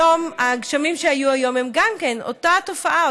הגשמים שהיו היום הם גם כן אותה התופעה,